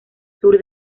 sur